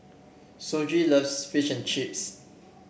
Shoji loves Fish and Chips